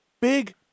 big